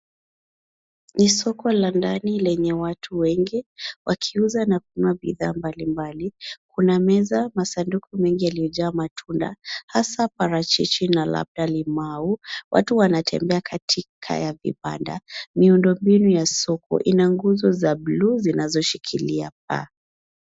Ni soko la ndani lenye watu wengi wakiuza na kununua bidhaa mbalimbali . Kuna meza, masanduku mengi yaliyojaa matunda , hasa parachichi na labda limau . Watu wanatembea katika ya vibanda . Miundombinu ya soko ina nguzo za bluu zinazoshikilia paa.